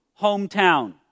hometown